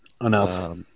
Enough